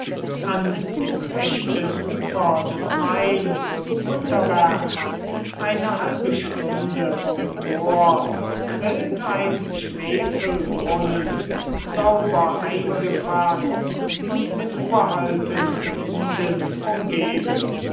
an dem rechten ufer des mains unterwärts etwa eine halbe stunde vom tor quillt ein schwefelbrunnen sauber eingefaßt und mit uralten linden umgeben